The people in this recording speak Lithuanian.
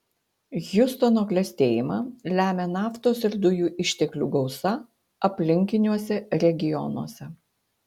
hjustono klestėjimą lemia naftos ir dujų išteklių gausa aplinkiniuose regionuose